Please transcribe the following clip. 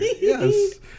Yes